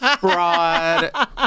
Broad